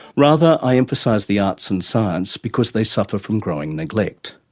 rather i emphasise the arts and science because they suffer from growing neglect.